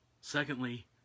Secondly